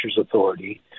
authority